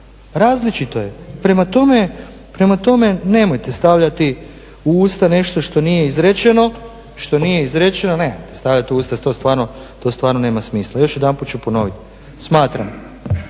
Različito je. Prema tome, nemojte stavljati u usta nešto što nije izrečeno, nemojte stavljat u usta, to stvarno nema smisla. Još jedanput ću ponovit, smatram